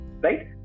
right